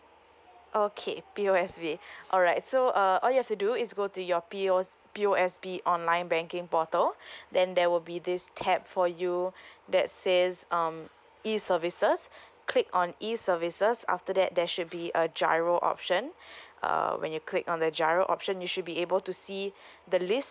okay P_O_S_B alright so uh all you have to do is go to your P_Os P_O_S_B online banking portal then there will be this tab for you that says um e services click on e services after that there should be a GIRO option uh when you click on the GIRO option you should be able to see the list